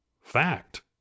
Fact